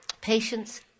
Patience